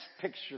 picture